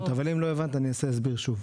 אבל אם לא הבנת אני אנסה להסביר שוב.